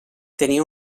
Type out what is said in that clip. tenia